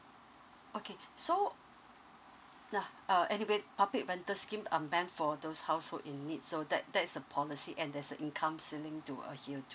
okay so na~ uh eleva~ public rental scheme are meant for those household in need so that that's a policy and there's a income ceiling to adhere to